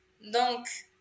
Donc